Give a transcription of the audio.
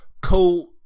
co